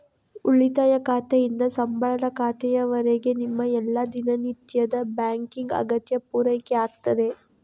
ಉಳಿತಾಯ ಖಾತೆಯಿಂದ ಸಂಬಳದ ಖಾತೆಯವರೆಗೆ ನಿಮ್ಮ ಎಲ್ಲಾ ದಿನನಿತ್ಯದ ಬ್ಯಾಂಕಿಂಗ್ ಅಗತ್ಯ ಪೂರೈಕೆ ಆಗ್ತದೆ